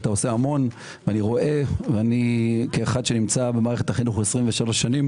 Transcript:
ואתה עושה המון ואני רואה וכאחד שנמצא במערכת החינוך 27 שנים